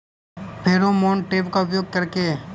Pheromone trap का उपयोग कर के?